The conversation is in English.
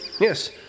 Yes